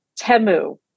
Temu